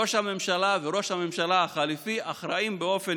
ראש הממשלה וראש הממשלה החליפי אחראים באופן